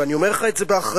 ואני אומר לך את זה באחריות,